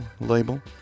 label